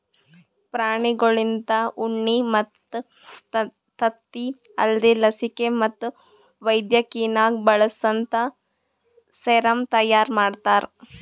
ಪ್ರಾಣಿಗೊಳ್ಲಿಂತ ಉಣ್ಣಿ ಮತ್ತ್ ತತ್ತಿ ಅಲ್ದೇ ಲಸಿಕೆ ಮತ್ತ್ ವೈದ್ಯಕಿನಾಗ್ ಬಳಸಂತಾ ಸೆರಮ್ ತೈಯಾರಿ ಮಾಡ್ತಾರ